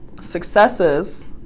successes